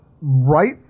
Right